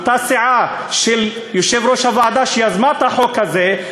סיעה של יושב-ראש הוועדה שיזמה את החוק הזה,